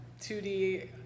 2D